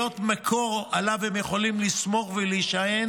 להיות מקור שעליו הם יכולים לסמוך ולהישען